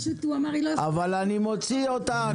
הוא פשוט אמר שהיא לא יכולה --- אבל אני מוציא אותך,